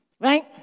right